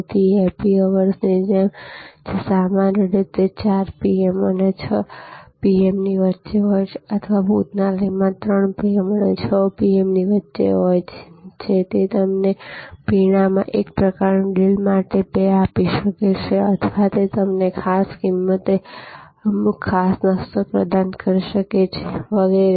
તેથી હેપ્પી અવર્સની જેમ જે સામાન્ય રીતે 4 PM અને 6 PM ની વચ્ચે હોય છે અથવા ભોજનાલયમાં 3 PM અને 6 PM ની વચ્ચે હોય છે તે તમને પીણામાં 1 પ્રકારની ડીલ માટે 2 આપી શકે છે અથવા તે તમને ખાસ કિંમતે અમુક ખાસ નાસ્તો પ્રદાન કરી શકે છે વગેરે